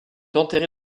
enterré